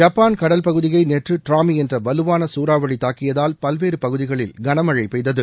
Japan கடல் பகுதியை நேற்று ட்ராமி என்ற வலுவான சூறாவளி தாக்கியதால் பல்வேறு பகுதிகளில் கனமழை பெய்தது